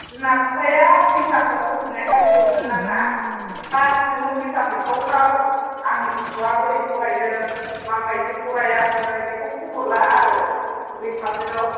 बिमा बिफाया फैसाखौ गथ'नि आखायाव हरनो नाङा बास नोङो फैसा हैथावथाव आंनि गथ'आ बोरै फरायदों माबायदि फरायाखै बेखौ ख'बर ला आरो बबे साबजेकआव